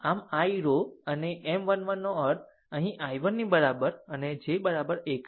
આમ i રો અને M 1 1 નો અર્થ અહીં i 1 ની બરાબર અને j બરાબર 1 છે